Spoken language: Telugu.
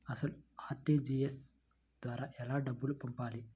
అసలు అర్.టీ.జీ.ఎస్ ద్వారా ఎలా డబ్బులు పంపాలి?